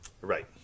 Right